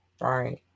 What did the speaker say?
right